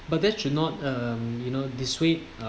but that should not um you know dissuade